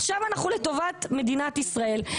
עכשיו אנחנו לטובת מדינת ישראל,